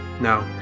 No